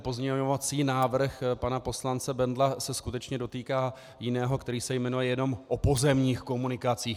Pozměňovací návrh pana poslance Bendla se skutečně dotýká jiného, který se jmenuje jenom o pozemních komunikacích.